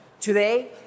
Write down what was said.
today